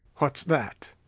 what's that?